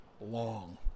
long